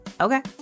Okay